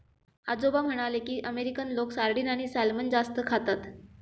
आजोबा म्हणाले की, अमेरिकन लोक सार्डिन आणि सॅल्मन जास्त खातात